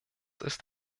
ist